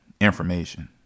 information